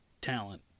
talent